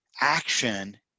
action